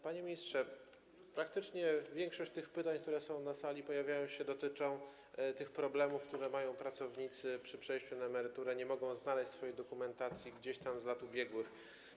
Panie ministrze, praktycznie większość tych pytań, które pojawiają się na sali, dotyczy tych problemów, które mają pracownicy przy przejściu na emeryturę, którzy nie mogą znaleźć swojej dokumentacji gdzieś tam z lat ubiegłych.